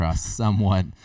somewhat